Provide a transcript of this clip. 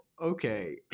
okay